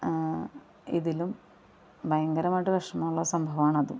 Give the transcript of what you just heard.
ഇതിലും ഭയങ്കരമായിട്ട് വിഷമമുള്ള സംഭവമാണതും